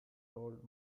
sold